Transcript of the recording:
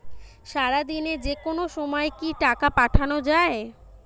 সারাদিনে যেকোনো সময় কি টাকা পাঠানো য়ায়?